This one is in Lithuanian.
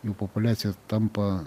jų populiacija tampa